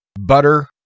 butter